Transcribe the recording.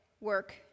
work